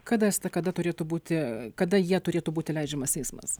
kada estakada turėtų būti kada jie turėtų būti leidžiamas eismas